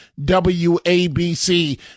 WABC